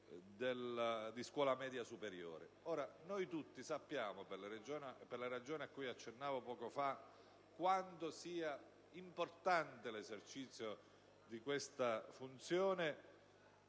di scuola media superiore. Noi tutti sappiamo, per la ragione cui accennavo poco fa, quanto sia importante l'esercizio di questa funzione